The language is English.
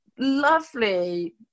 lovely